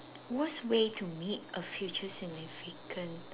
worst way to meet a future significant